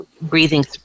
breathing